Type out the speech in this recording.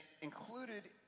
included